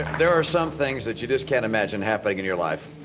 there are some things that you just can't imagine happening in your life.